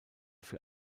für